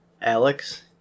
Alex